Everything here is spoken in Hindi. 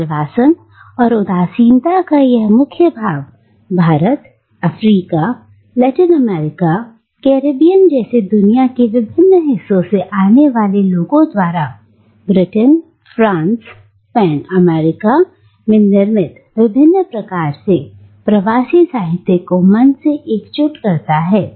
निर्वासन और उदासीनता का यह मुख्य भाव Bharat Africa Latin America Caribbean जैसे दुनिया के विभिन्न हिस्सों से आने वाले लोगों द्वारा ब्रिटेन फ्रांस पेन अमेरिका में निर्मित विभिन्न प्रकार के प्रवासी साहित्य को मनसे एकजुट करता है